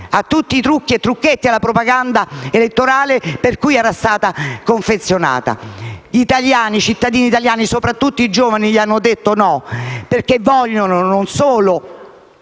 a tutti i trucchi e trucchetti e alla propaganda elettorale per cui era stata confezionata. I cittadini italiani, soprattutto i giovani, gli hanno detto no, perché - torno a